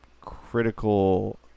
critical